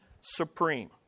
supreme